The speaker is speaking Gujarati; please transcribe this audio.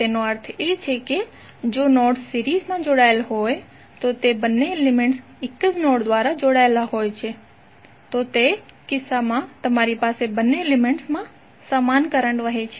તો તેનો અર્થ એ છે કે જો નોડ્સ સિરીઝમાં જોડાયેલ હોય તો તે બંને એલિમેન્ટ્સ એક જ નોડ દ્વારા જોડાયેલા હોય છે તો તે કિસ્સામાં તમારી પાસે બંને એલિમેન્ટ્સમાં સમાન કરંટ વહે છે